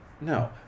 No